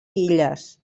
illes